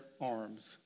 arms